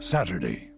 Saturday